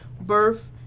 birth